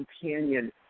companion